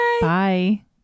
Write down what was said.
Bye